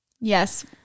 yes